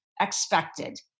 expected